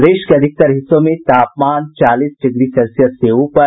प्रदेश के अधिकतर हिस्सों में तापमान चालीस डिग्री सेल्सियस से ऊपर